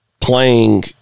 playing